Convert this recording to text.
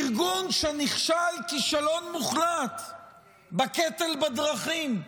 ארגון שנכשל כישלון מוחלט בקטל בדרכים,